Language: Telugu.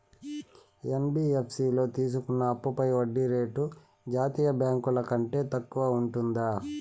యన్.బి.యఫ్.సి లో తీసుకున్న అప్పుపై వడ్డీ రేటు జాతీయ బ్యాంకు ల కంటే తక్కువ ఉంటుందా?